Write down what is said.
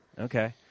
Okay